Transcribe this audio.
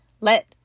Let